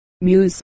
Muse